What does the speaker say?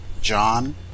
John